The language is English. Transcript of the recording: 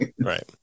Right